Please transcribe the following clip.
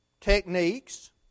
techniques